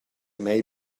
may